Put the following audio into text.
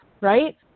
right